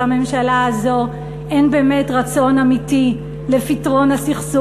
שלממשלה הזאת אין באמת רצון אמיתי בפתרון הסכסוך.